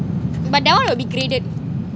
but that one you will be graded